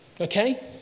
Okay